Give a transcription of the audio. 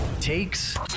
takes